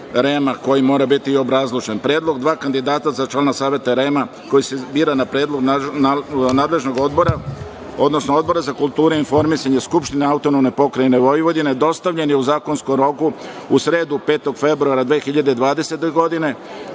koji mora biti obrazložen. Predlog dva kandidata za člana Saveta REM-a koji se bira na predlog nadležnog odbora, odnosno Odbora za kulturu i informisanje Skupštine AP Vojvodine dostavljen je u zakonskom roku u sredu 5. februara 2020. godine.